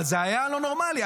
אבל זה היה לא נורמלי.